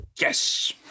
Yes